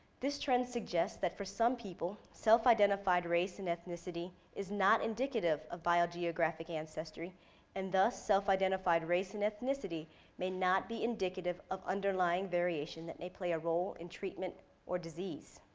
this trend suggests that for some people, self identified race and ethnicity is not indicative of biogeographic ancestry and thus self identified race and ethnicity may not be indicative indicative of underlying variation that may play a role in treatment or disease.